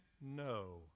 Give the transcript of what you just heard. no